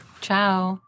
Ciao